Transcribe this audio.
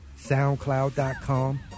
soundcloud.com